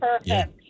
Perfect